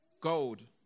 Gold